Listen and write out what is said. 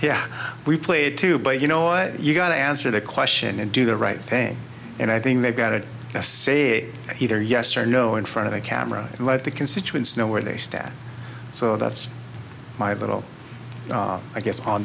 here we played too but you know you got to answer the question and do the right thing and i think they've got to say either yes or no in front of the camera and let the constituents know where they stand so that's my little i guess on